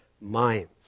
minds